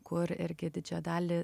kur irgi didžiąją dalį